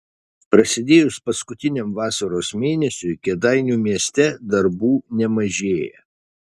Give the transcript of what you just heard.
prasidėjus paskutiniam vasaros mėnesiui kėdainių mieste darbų nemažėja